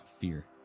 fear